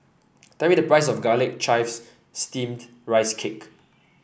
tell me the price of Garlic Chives Steamed Rice Cake